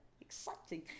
Exciting